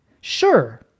sure